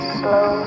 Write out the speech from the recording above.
slow